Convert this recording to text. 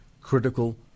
critical